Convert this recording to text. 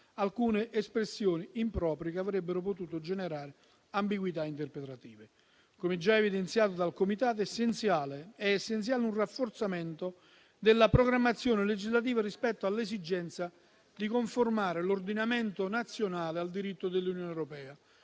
alcune espressioni improprie che avrebbero potuto generare ambiguità interpretative. Come già evidenziato dal Comitato, è essenziale un rafforzamento della programmazione legislativa rispetto all'esigenza di conformare l'ordinamento nazionale al diritto dell'Unione europea,